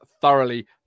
thoroughly